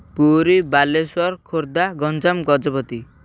Puri Baleswar Khordha Ganjam Gajapati